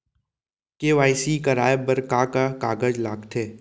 KYC कराये बर का का कागज लागथे?